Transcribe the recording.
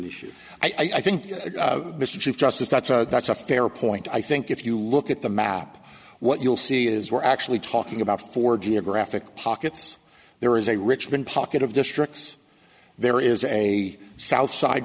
an issue i think mr chief justice that's a that's a fair point i think if you look at the map what you'll see is we're actually talking about four geographic pockets there is a richmond pocket of districts there is a south side